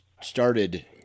started